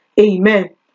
Amen